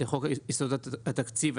לחוק יסודות התקציב,